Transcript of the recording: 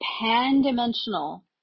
pan-dimensional